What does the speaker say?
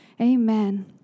Amen